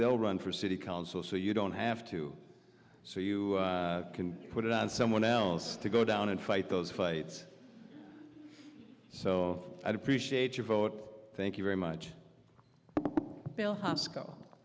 they'll run for city council so you don't have to so you can put it on someone else to go down and fight those fights so i'd appreciate your vote thank you very much bill ha skull